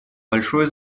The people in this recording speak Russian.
большое